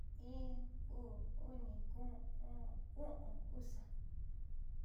In, uu, uni, kun, u'un, iñu, usa